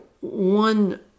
one